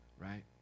Right